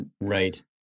Right